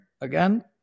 again